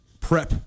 prep